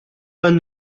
vingt